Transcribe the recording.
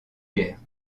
guerres